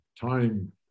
time